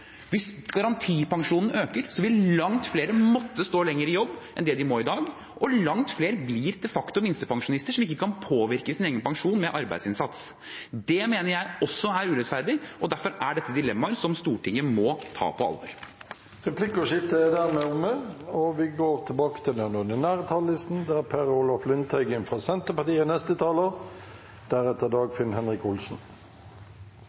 Hvis garantipensjonen øker, vil langt flere måtte stå lenger i jobb enn det de må i dag, og langt flere blir de facto minstepensjonister som ikke kan påvirke sin egen pensjon med arbeidsinnsats. Det mener jeg også er urettferdig, og derfor er dette dilemmaer som Stortinget må ta på alvor. Replikkordskiftet er omme. Først vil jeg vise til saksordfører Tuva Moflags gode presentasjon av saken. Jeg vil understreke at dette er